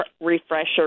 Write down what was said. refresher